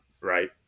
Right